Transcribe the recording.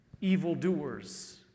evildoers